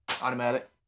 automatic